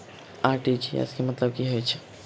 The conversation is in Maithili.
आर.टी.जी.एस केँ मतलब की हएत छै?